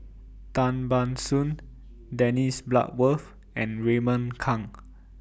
Tan Ban Soon Dennis Bloodworth and Raymond Kang